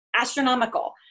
astronomical